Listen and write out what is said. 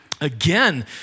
Again